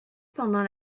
pendant